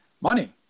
money